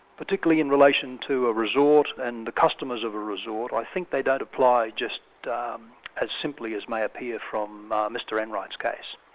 particularly in relation to a resort and the customers of a resort, i think they don't apply um as simply as may appear from mr enright's case,